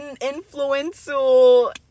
influential